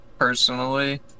Personally